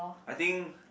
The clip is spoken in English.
I think